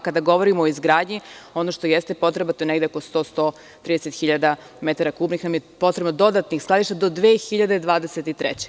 Kada govorimo o izgradnji, ono što jeste potreba, to je negde oko 100, 130 hiljada metara kubnih nam je potrebno dodatnih skladišta do 2023. godine.